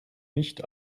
nicht